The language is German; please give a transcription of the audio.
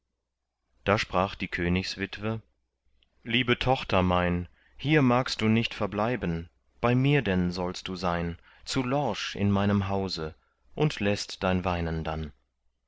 da sprach die königswitwe liebe tochter mein hier magst du nicht verbleiben bei mir denn sollst du sein zu lorsch in meinem hause und läßt dein weinen dann